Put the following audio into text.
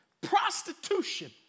Prostitution